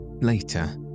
Later